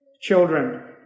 children